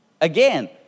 Again